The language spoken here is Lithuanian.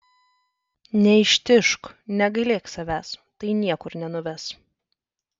neištižk negailėk savęs tai niekur nenuves